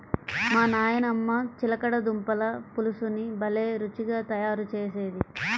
మా నాయనమ్మ చిలకడ దుంపల పులుసుని భలే రుచిగా తయారు చేసేది